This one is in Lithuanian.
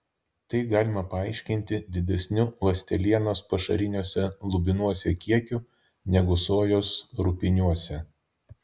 tai galima paaiškinti didesniu ląstelienos pašariniuose lubinuose kiekiu negu sojos rupiniuose